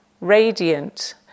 radiant